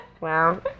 Wow